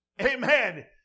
Amen